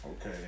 Okay